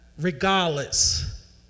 regardless